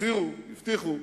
הצהירו, הבטיחו,